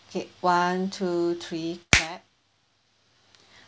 okay one two three clap